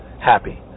happy